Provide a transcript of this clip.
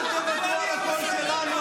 אל תוותרו על הקול שלנו.